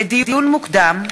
לדיון מוקדם: